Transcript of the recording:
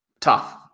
Tough